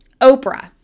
Oprah